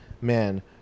man